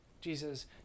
Jesus